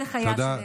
לחייו של כל אזרח.